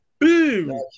Boom